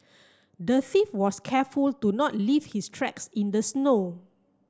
the thief was careful to not leave his tracks in the snow